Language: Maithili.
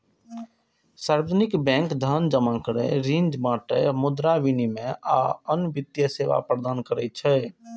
सार्वजनिक बैंक धन जमा करै, ऋण बांटय, मुद्रा विनिमय, आ आन वित्तीय सेवा प्रदान करै छै